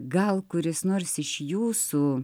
gal kuris nors iš jūsų